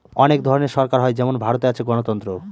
অনেক ধরনের সরকার হয় যেমন ভারতে আছে গণতন্ত্র